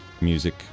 music